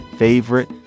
Favorite